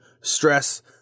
stress